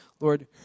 Lord